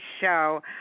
show